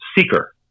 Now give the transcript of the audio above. seeker